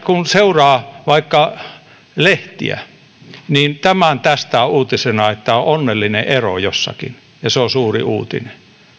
kun seuraa vaikka lehtiä niin tämän tästä on uutisena että on onnellinen ero jossakin ja se on suuri uutinen